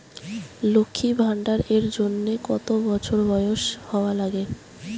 লক্ষী ভান্ডার এর জন্যে কতো বছর বয়স হওয়া লাগে?